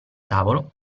tavolo